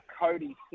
Cody